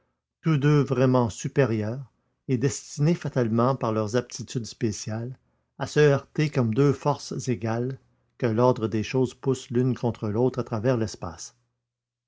tous deux vraiment supérieurs et destinés fatalement par leurs aptitudes spéciales à se heurter comme deux forces égales que l'ordre des choses pousse l'une contre l'autre à travers l'espace